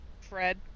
Fred